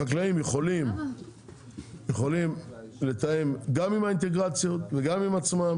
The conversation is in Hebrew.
החקלאים יכולים לתאם גם עם האינטגרציות וגם עם עצמם,